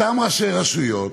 אותם ראשי רשויות,